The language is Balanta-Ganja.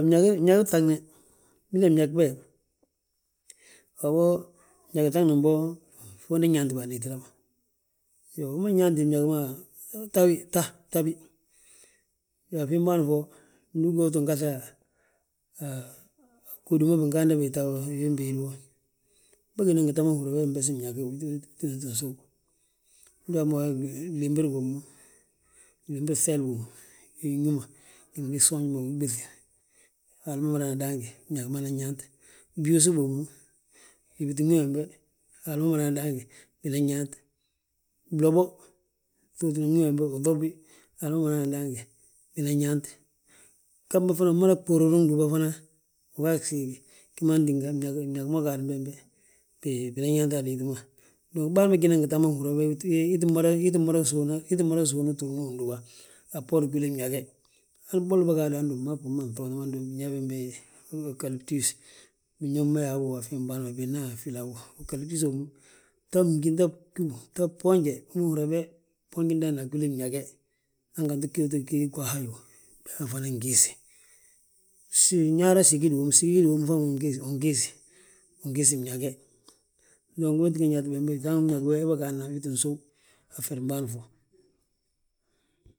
Bñegi bŧagni, binan bñeg be, waabo bñeg ŧagnin bo, fondi nyaanti ba a liitida ma. Iyoo, wi ma nyaanti bñeg, ta wi, bta, bta bi, iyoo, a fiin bâan fo. Ndu ugi mo uu ttin gaŧi a ghódi bingaanda bo ta wo, wiin béede wo. Bâgina ngi ta ma húri yaa wen besi bñeg bo, bi btidi btidi msów. Uhúri yaa mo we glimbir gommu, glimbir gŧeeli gommu, yóyi wi ma, glimbir gsoonji gommu binɓéfi, ndi Haala ma madana daange. Bñeg ma anan yaant, byuusi bommu, ŧuutin wi wembe, Haala ma madana daange, binan yaant, blobo ŧuutin wi wembe, uŧob wi, Haala ma madana daange, winan yaant; Gamba fana umada ɓurruna gdúba fana ugaa gsiigi. Wi ma tíngan bñeg ma ugaadim bembe, bina nyaanta a liiti ma. Bân bég gína ngi ta ma húri yaa, we ii tti mada, sówni tuugi undúba, a bboorin gwili bñege. Boli bâgaadi handomu, bmaa bommu nŧuuta ma handomu, mbaa bommu nŧoota ma handomu, binyaa bi galutus. Biñaŋ ma a fiim bâan bina yaa filawo, galibus wommu, bta mgínta bgíw, bta bboonje. Wi ma húri yaa be, bboonji ndaani a gwili bñege, hangai wi gi ma gwili gwaha yoo, be ma fana bgiisi. Sii ñaara sigid wommu, sigid wommu fan ma ngiisi, win giisi, win giisi bñege. Dong wee tínga nyaati bembe, wii ttin sów, a ferin bân fo